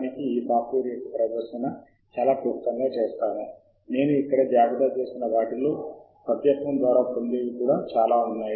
the ఈ module యొక్క లక్ష్యం కొన్ని సైటేషన్ సమాచారము నుండి సాహిత్య శోధన అంశాలను వెబ్ ఆఫ్ సైన్స్ వంటి స్థావరాల నుండి బయటకు తీయడం మరియు ఇవి ఒక వ్యాసం రాయడంలో మీకు సహాయపడతాయి